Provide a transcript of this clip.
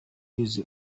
bize